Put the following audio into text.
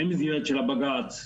במסגרת של הבג"צ,